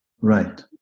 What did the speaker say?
Right